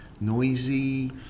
noisy